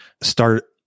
start